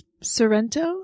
Sorrento